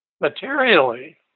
materially